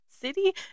City